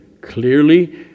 clearly